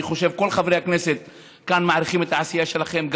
אני חושב שכל חברי הכנסת כאן מעריכים את העשייה שלכם,